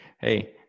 Hey